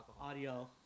Audio